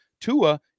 Tua